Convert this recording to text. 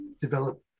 develop